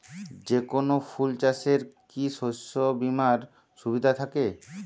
যেকোন ফুল চাষে কি শস্য বিমার সুবিধা থাকে?